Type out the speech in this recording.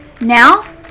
Now